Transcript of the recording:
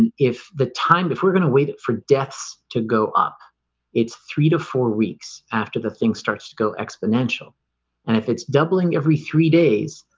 and if the time if we're going to wait for deaths to go up it's three to four weeks after the thing starts to go exponential and if it's doubling every three days,